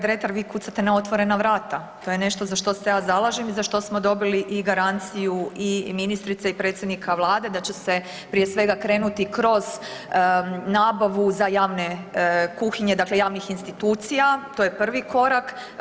Kolega Dretar, vi kucate na otvorena vrata, to je nešto za što se ja zalažem i za što smo dobili i garanciju i ministrice i predsjednika Vlade da će se prije svega krenuti kroz nabavu za javne kuhinje, dakle javnih institucija, to je prvi korak.